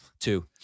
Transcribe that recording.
two